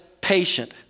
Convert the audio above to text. patient